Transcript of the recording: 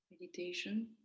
meditation